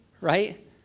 right